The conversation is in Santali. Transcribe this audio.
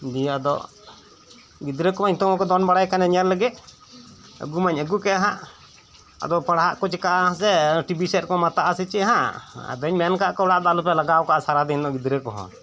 ᱫᱤᱭᱮ ᱟᱫᱚ ᱜᱤᱫᱽᱨᱟᱹᱠᱚᱢᱟ ᱱᱮᱛᱚᱜ ᱢᱟᱠᱩ ᱫᱚᱱ ᱵᱟᱲᱟᱭ ᱠᱟᱱ ᱧᱮᱧᱮᱞ ᱞᱟᱹᱜᱤᱫ ᱟᱹᱜᱩᱢᱟᱧ ᱟᱹᱜᱩᱠᱮᱫᱦᱟᱸᱜ ᱟᱫᱚ ᱯᱟᱲᱦᱟᱜ ᱠᱩ ᱪᱮᱠᱟᱜ ᱟᱦᱟᱸᱜ ᱥᱮ ᱴᱤᱵᱤ ᱥᱮᱫ ᱨᱮᱠᱩ ᱢᱟᱛᱟᱜᱼᱟ ᱥᱮᱪᱮᱫᱦᱟᱸᱜ ᱟᱫᱚᱧ ᱢᱮᱱ ᱟᱠᱟᱫ ᱠᱚᱣᱟ ᱚᱲᱟᱜ ᱨᱮᱫᱚ ᱟᱞᱚᱯᱮ ᱞᱟᱜᱟᱣ ᱠᱟᱜᱼᱟ ᱥᱟᱨᱟᱫᱤᱱ ᱫᱚ ᱜᱤᱫᱽᱨᱟᱹ ᱠᱚᱦᱚᱸ